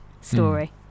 story